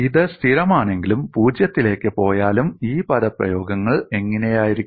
ഇത് സ്ഥിരമാണെങ്കിലും പൂജ്യത്തിലേക്ക് പോയാലും ഈ പദപ്രയോഗങ്ങൾ എങ്ങനെയായിരിക്കും